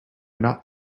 not